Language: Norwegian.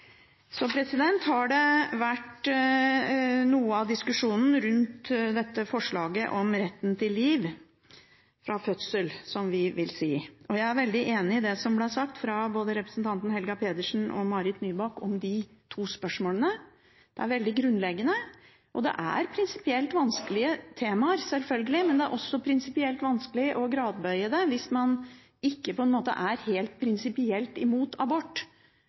Så har det vært noe diskusjon rundt forslaget om retten til liv fra unnfangelsen. Jeg er veldig enig i det som ble sagt både av representanten Helga Pedersen og Marit Nybakk om disse to spørsmålene. Det er veldig grunnleggende og prinsipielt vanskelige temaer, selvfølgelig, men det er også vanskelig å gradere det hvis man ikke er prinsipielt imot abort.